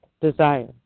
desire